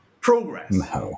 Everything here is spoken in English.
progress